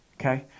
okay